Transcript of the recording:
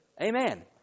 Amen